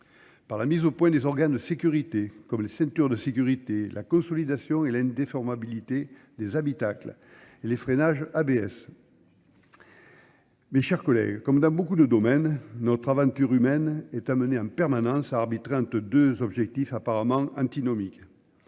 par la mise au point des organes de sécurité comme les ceintures de sécurité, la consolidation et l'indéformabilité des habitacles et les freinages ABS. Mes chers collègues, comme dans beaucoup de domaines, notre aventure humaine est amenée en permanence à arbitrer entre deux objectifs apparemment antinomiques.